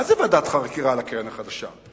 מה זה ועדת חקירה על הקרן החדשה?